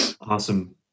awesome